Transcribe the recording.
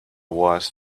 was